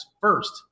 first